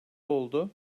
oldu